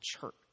church